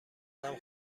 خودم